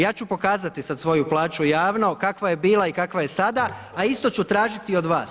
Ja ću pokazati sad svoju plaću javno kakva je bila i kakva je sada a isto ću tražiti i od vas.